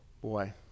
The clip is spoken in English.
boy